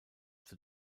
zur